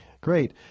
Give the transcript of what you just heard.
Great